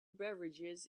beverages